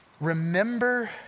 Remember